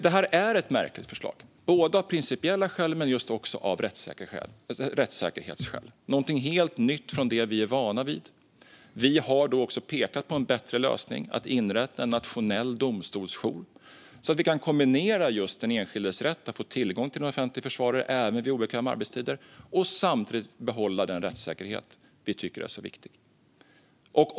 Det här är ett märkligt förslag, både av principiella skäl och av rättssäkerhetsskäl. Det är någonting helt nytt jämfört med det vi är vana vid. Vi har också pekat på en bättre lösning: att inrätta en nationell domstolsjour, så att vi kan tillgodose den enskildes rätt att få tillgång till offentlig försvarare, även på obekväma arbetstider, och samtidigt behålla den rättssäkerhet vi tycker är så viktig.